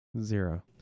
Zero